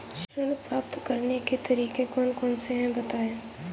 ऋण प्राप्त करने के तरीके कौन कौन से हैं बताएँ?